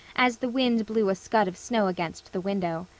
as the wind blew a scud of snow against the window.